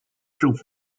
政府